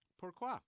Pourquoi